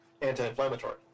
anti-inflammatory